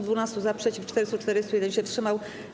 12 - za, przeciw - 440, 1 się wstrzymał.